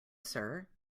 sir